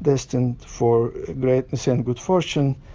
destined for greatness and good fortune,